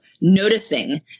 noticing